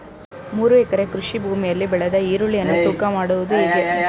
ಮೂರು ಎಕರೆ ಕೃಷಿ ಭೂಮಿಯಲ್ಲಿ ಬೆಳೆದ ಈರುಳ್ಳಿಯನ್ನು ತೂಕ ಮಾಡುವುದು ಹೇಗೆ?